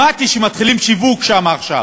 שמעתי שמתחילים שיווק שם עכשיו,